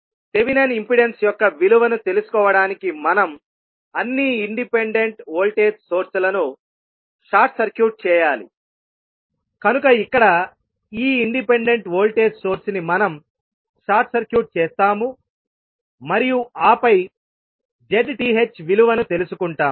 Thevenin impedance యొక్క విలువను తెలుసుకోవడానికి మనం అన్ని ఇండిపెండెంట్ వోల్టేజ్ సోర్స్ లను షార్ట్ సర్క్యూట్ చేయాలి కనుక ఇక్కడ ఈ ఇండిపెండెంట్ వోల్టేజ్ సోర్స్ ని మనం షార్ట్ సర్క్యూట్ చేస్తాము మరియు ఆపై ZTh విలువను తెలుసుకుంటాము